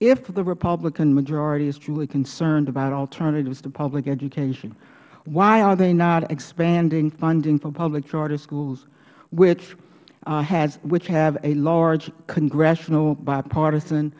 if the republican majority is truly concerned about alternatives to public education why are they not expanding funding for public charter schools which have a large congressional bipartisan